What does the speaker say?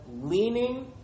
Leaning